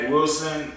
Wilson